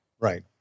Right